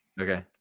Okay